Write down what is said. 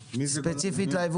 ספציפית.